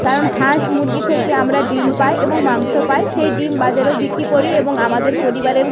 কারণ হাঁস মুরগি থেকে আমরা ডিম পাই এবং মাংস পাই সেই ডিম বাজারেও বিক্রি করি এবং আমাদের পরিবারের